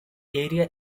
area